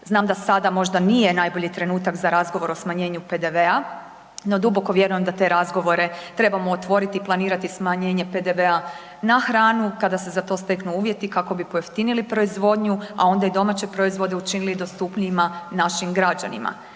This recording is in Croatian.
Znam da sada možda nije najbolji trenutak za razgovor o smanjenju PDV-a, no duboko vjerujem da te razgovore trebamo otvoriti i planirati smanjenje PDV-a na hranu kada se za to steknu uvjeti kako bi pojeftinili proizvodnju, a onda i domaće proizvode učinili dostupnijima našim građanima.